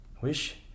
Wish